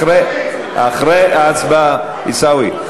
אחרי ההצבעה, עיסאווי.